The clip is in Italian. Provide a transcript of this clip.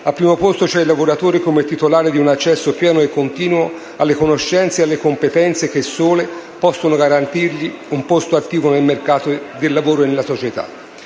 al primo posto c'è il lavoratore come titolare di un accesso pieno e continuo alle conoscenze e alle competenze che, sole, possono garantirgli un posto attivo nel mercato del lavoro e nella società.